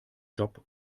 job